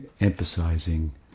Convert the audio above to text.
emphasizing